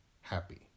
happy